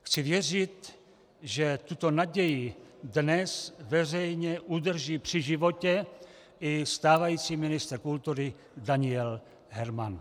Chci věřit, že tuto naději dnes veřejně udrží při životě i stávající ministr kultury Daniel Herman.